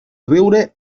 riure